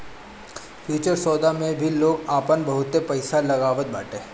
futures सौदा मे भी लोग आपन बहुते पईसा लगावत बाटे